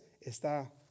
está